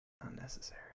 unnecessary